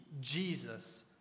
Jesus